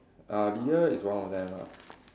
uh Lydia is one of them ah